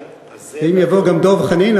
אם יבוא גם דב חנין,